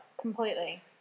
Completely